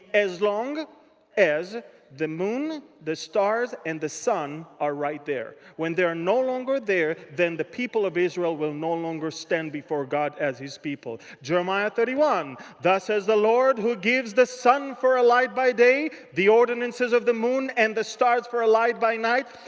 as long as the moon, the stars and the sun are right there. when they're no longer there, then the people of israel will no longer stand before god as his people. jeremiah thirty one, thus says the lord, who gives the sun for a light by day, the ordinances of the moon and the stars for a light by night,